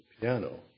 piano